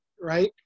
right